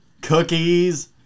Cookies